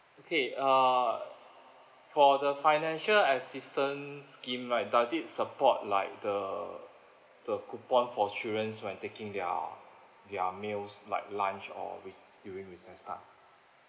okay uh for the financial assistance scheme right does it support like the the coupon for children when taking their their meals like lunch or re~ during recess time